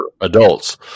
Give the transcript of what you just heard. adults